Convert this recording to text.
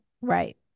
Right